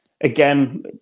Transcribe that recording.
again